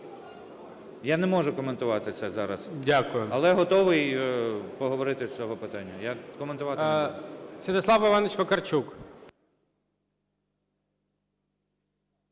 Я не можу коментувати це зараз. Але готовий поговорити з цього питання.